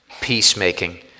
peacemaking